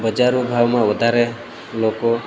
બજારો ભાવમાં વધારે લોકો